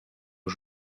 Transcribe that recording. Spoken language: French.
aux